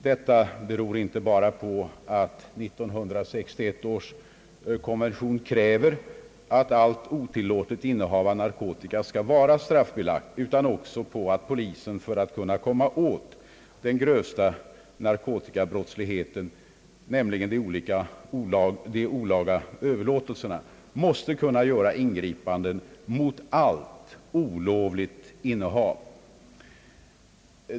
Detta beror inte bara på att 1961 års allmänna narkotikakonvention kräver att allt otilllåtet innehav av narkotika skall vara straffbelagt, utan sker också för att polisen, för att kunna komma åt den grövsta narkotikabrottsligheten, nämligen de olaga överlåtelserna, måste kunna göra ingripanden mot allt olovligt innehav.